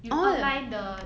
you outline the